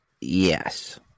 yes